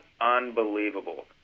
unbelievable